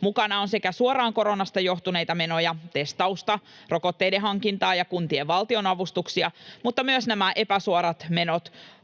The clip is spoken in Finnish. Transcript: Mukana on sekä suoraan koronasta johtuneita menoja — testausta, rokotteiden hankintaa ja kuntien valtionavustuksia — mutta myös nämä epäsuorat menot,